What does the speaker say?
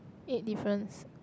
eight difference